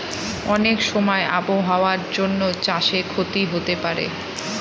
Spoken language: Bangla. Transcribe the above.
অনেক সময় আবহাওয়ার জন্য চাষে ক্ষতি হতে পারে